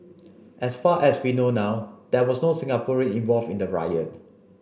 as far as we know now there was no Singaporean involved in the riot